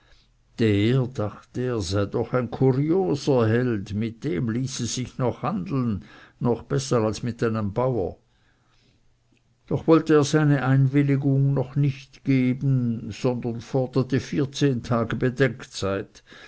doch ein kurioser held mit dem ließe sich noch handeln noch besser als mit einem bauer doch wollte er seine einwilligung noch nicht geben sondern forderte vierzehn tage bedenkzeit